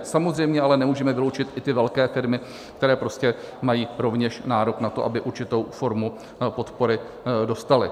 Samozřejmě ale nemůžeme vyloučit i ty velké firmy, které prostě mají rovněž nárok na to, aby určitou formu podpory dostaly.